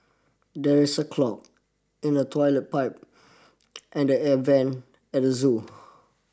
there is a clog in the toilet pipe and the air vent at the zoo